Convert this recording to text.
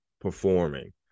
performing